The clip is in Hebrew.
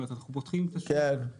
אנחנו פותחים את השוק,